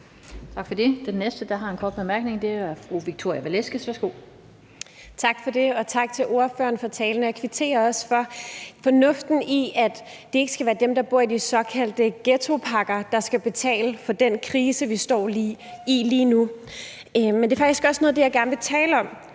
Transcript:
Tak for det. Den næste, der har en kort bemærkning, er fru Victoria Velasquez. Værsgo. Kl. 13:50 Victoria Velasquez (EL): Tak for det, og tak til ordføreren for talen. Jeg kvitterer også for fornuften i, at det ikke skal være dem, der bor i de såkaldte ghettoparker, der skal betale for den krise, vi står i lige nu. Men det er faktisk også noget af det, jeg gerne vil tale om,